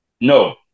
No